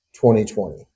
2020